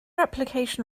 application